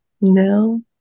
no